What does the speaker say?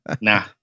nah